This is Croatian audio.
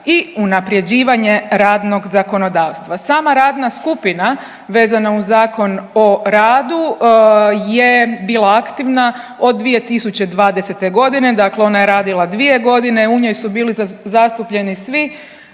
i unapređivanje radnog zakonodavstva. Sama radna skupina vezana uz Zakon o radu je bila aktivna od 2020.g., dakle ona je radila dvije godine. U njoj su bili zastupljeni svi